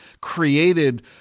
created